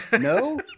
No